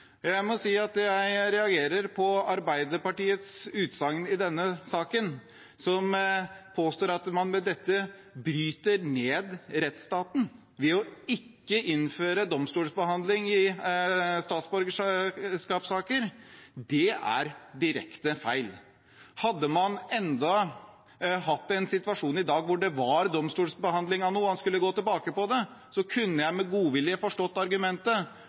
Jeg må si jeg reagerer på Arbeiderpartiets utsagn i denne saken. De påstår at man bryter ned rettsstaten ved ikke å innføre domstolsbehandling i statsborgerskapssaker. Det er direkte feil. Hadde man enda hatt en situasjon i dag hvor det var domstolsbehandling av noe, og man skulle gå tilbake på det, kunne jeg med godvilje forstått argumentet.